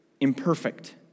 imperfect